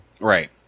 Right